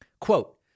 Quote